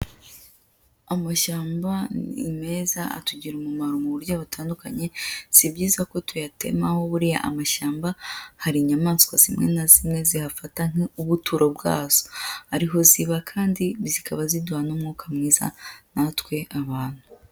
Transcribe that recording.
Amashyamba ni meza atugirarira umumaro mu buryo butandukanye, si byiza ko tuyatemaho. Buriya amashyamba, hari inyamaswa zimwe na zimwe ziyafata nk'ubuturo bwazo ariho ziba, kandi zikaba ziduha n'umwuka mwiza natwe abantu.